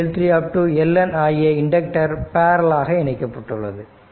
L N ஆகிய inductor parallel ஆக இணைக்கப்பட்டுள்ளது